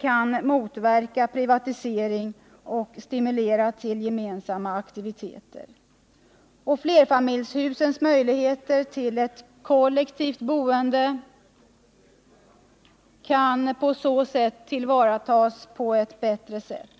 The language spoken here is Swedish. kan motverka privatisering och stimulera till gemensamma aktiviteter. Flerfamiljshusens möjligheter till kollektivt boende kan på så sätt tas till vara på ett bättre sätt.